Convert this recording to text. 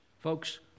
Folks